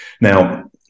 Now